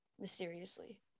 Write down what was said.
mysteriously